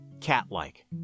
cat-like